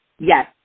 Yes